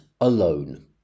alone